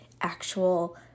actual